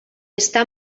està